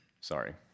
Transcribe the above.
Sorry